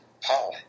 Paul